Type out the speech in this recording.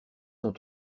son